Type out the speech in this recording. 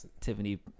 Tiffany